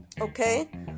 Okay